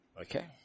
Okay